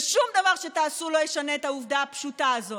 ושום דבר שתעשו לא ישנה את העובדה הפשוטה הזאת,